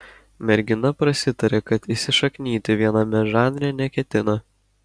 mergina prasitarė kad įsišaknyti viename žanre neketina